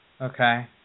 Okay